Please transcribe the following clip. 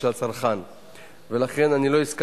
אנחנו עוברים להמשך